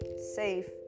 safe